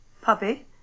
puppy